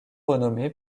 renommé